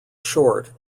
short